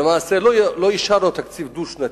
למעשה, לא אישרנו תקציב דו-שנתי,